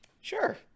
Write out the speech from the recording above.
Sure